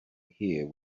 here